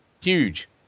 Huge